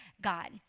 God